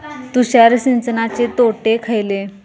तुषार सिंचनाचे तोटे खयले?